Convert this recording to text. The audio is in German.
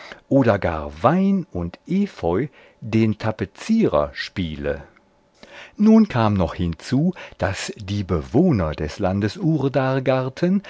oder gar wein und efeu den tapezierer spiele kam nun noch hinzu daß die bewohner des landes